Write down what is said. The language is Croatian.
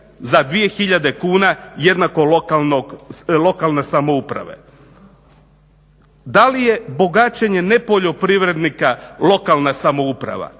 tisuće kuna jednako lokalne samouprave. Da li je bogaćenje nepoljoprivrednika lokalna samouprava?